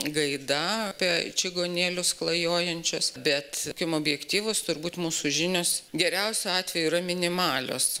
gaida apie čigonėlius klajojančius bet būkim objektyvūs turbūt mūsų žinios geriausiu atveju yra minimalios